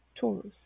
Taurus